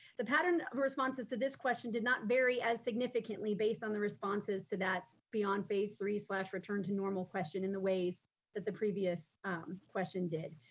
the pattern of responses to this question did not vary as significantly based on the responses to that beyond phase three return to normal question in the ways that the previous question did.